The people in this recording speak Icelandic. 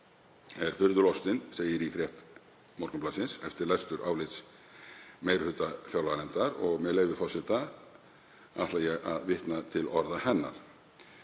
er furðu lostin, segir í frétt Morgunblaðsins eftir lestur álits meiri hluta fjárlaganefndar og, með leyfi forseta, ætla ég að vitna til orða hennar: